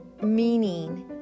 meaning